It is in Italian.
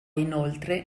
inoltre